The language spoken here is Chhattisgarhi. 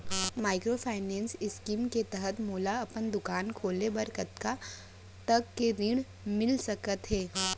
माइक्रोफाइनेंस स्कीम के तहत मोला अपन दुकान खोले बर कतना तक के ऋण मिलिस सकत हे?